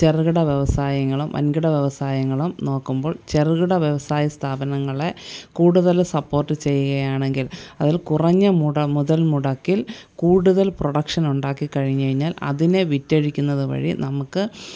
ചെറുകിട വ്യവസായങ്ങളും വൻകിട വ്യവസായങ്ങളും നോക്കുമ്പോൾ ചെറുകിട വ്യവസായ സ്ഥാപനങ്ങളെ കൂടുതല് സപ്പോർട്ട് ചെയ്യുകയാണെങ്കിൽ അതിൽ കുറഞ്ഞ മുട മുതൽ മുടക്കിൽ കൂടുതൽ പ്രൊഡക്ഷൻ ഉണ്ടാക്കി കഴിഞ്ഞ് കഴിഞ്ഞാൽ അതിനെ വിറ്റെഴിക്കുന്നത് വഴി നമ്മള്ക്ക്